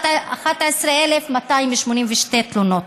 11,282 תלונות.